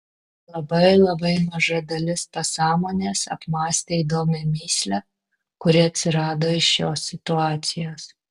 labai labai maža dalis pasąmonės apmąstė įdomią mįslę kuri atsirado iš šios situacijos